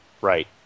Right